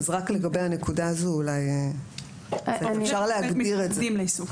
אז רק לגבי הנקודה הזו אפשר להגדיר את זה.